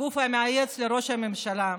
הגוף המייעץ לראש הממשלה,